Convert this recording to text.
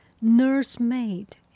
nursemaid